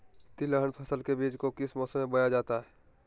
तिलहन फसल के बीज को किस मौसम में बोया जाता है?